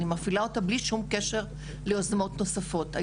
אני מפעילה אותה בלי שום קשר ליוזמות נוספות.